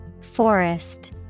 Forest